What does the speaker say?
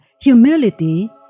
humility